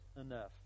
enough